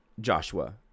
Joshua